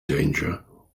danger